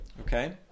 okay